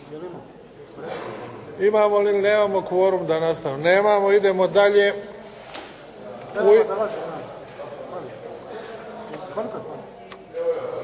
Imamo li ili nemamo kvorum da nastavimo? Nemamo. Idemo dalje.